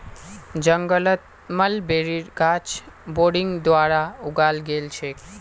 जंगलत मलबेरीर गाछ बडिंग द्वारा उगाल गेल छेक